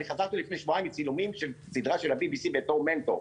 אני חזרתי לפני שבועיים מצילומים של סדרה של ה-BBC בתור מנטור.